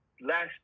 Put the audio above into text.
last